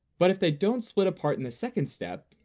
but if they don't split apart in the second step,